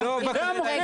אני אסביר.